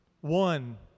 One